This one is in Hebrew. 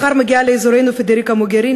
מחר מגיעה לאזורנו פדריקה מוגריני,